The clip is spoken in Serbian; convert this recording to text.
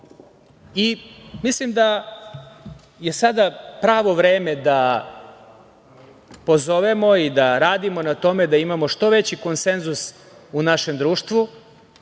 živi. Mislim da je sada pravo vreme da pozovemo i da radimo na tome da imamo što veći konsenzus u našem društvu,